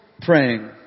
praying